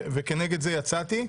וכנגד זה יצאתי.